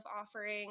offering